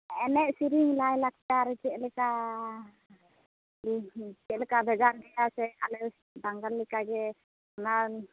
ᱮᱱᱮᱡ ᱥᱮᱨᱮᱧ ᱞᱟᱭᱼᱞᱟᱠᱪᱟᱨ ᱪᱮᱫᱞᱮᱠᱟ ᱪᱮᱫᱞᱮᱠᱟ ᱵᱷᱟᱜᱟᱨ ᱜᱮᱭᱟ ᱥᱮ ᱟᱞᱮ ᱵᱟᱝᱜᱟᱞ ᱞᱮᱠᱟ ᱜᱮ ᱚᱱᱟ